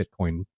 Bitcoin